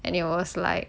and it was like